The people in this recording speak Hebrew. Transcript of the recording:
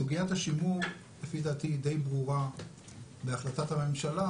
סוגיית השימור לפי דעתי היא די ברורה בהחלטת הממשלה,